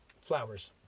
flowers